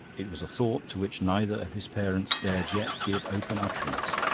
it was a thought to which neither of his parents dared yet give open utterance,